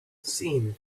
seen